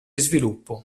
sviluppo